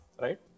right